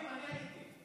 אני הייתי.